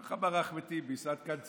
כך אמר אחמד טיבי, עד כאן ציטוט.